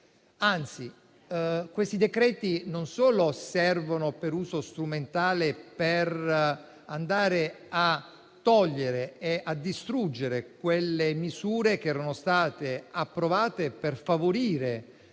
solo, questi decreti servono, con un uso strumentale, per andare a togliere e distruggere quelle misure che erano state approvate per favorire